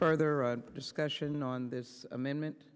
further discussion on this amendment